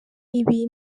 ibi